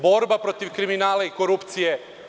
Borba protiv kriminala i korupcije.